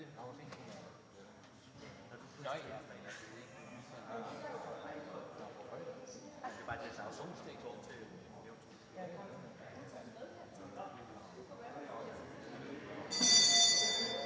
Det er det, der er